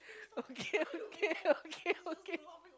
okay okay okay okay